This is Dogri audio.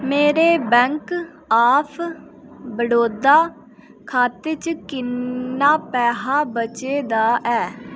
मेरे बैंक ऑफ बड़ौदा खाते च किन्ना पैहा बचे दा ऐ